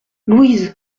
louise